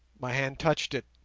my hand touched it.